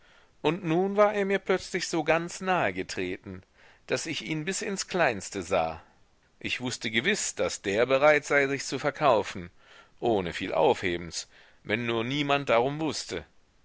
und nun war er mir plötzlich so ganz nahe getreten daß ich ihn bis ins kleinste sah ich wußte gewiß daß der bereit sei sich zu verkaufen ohne viel aufhebens wenn nur niemand darum wußte